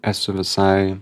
esu visai